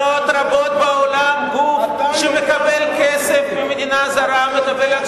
במדינות רבות בעולם גוף שמקבל כסף ממדינה זרה מקבל,